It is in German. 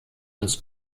des